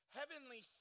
heavenly